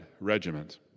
regiment